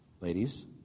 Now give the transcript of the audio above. ladies